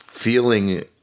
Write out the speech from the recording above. feeling